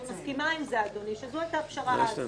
אני מסכימה, אדוני, שזו הייתה הפשרה אז.